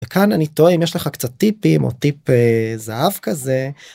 וכאן אני תוהה אם יש לך קצת טיפים או טיפ זהב כזה.